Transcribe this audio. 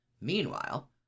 Meanwhile